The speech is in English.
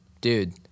Dude